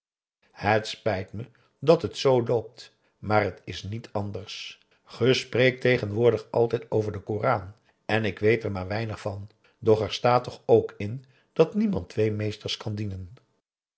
het spijt me dat het z loopt maar het is niet anders ge spreekt tegenwoordig altijd over den koran en ik weet er maar weinig van doch er staat toch ook in dat niemand twee meesters kan dienen